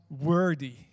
worthy